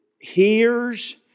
hears